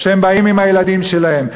שהן באות עם הילדים שלהן.